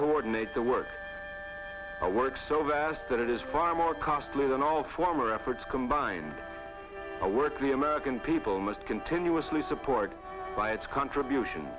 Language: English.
coordinate the work i work so vast that it is far more costly than all former efforts combined to work the american people must continuously support by its contribution